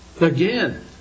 Again